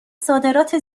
صادرات